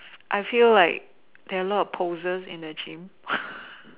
I feel like there are a lot of posers in the gym